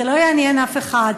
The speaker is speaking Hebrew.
זה לא יעניין אף אחד,